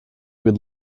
would